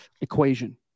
equation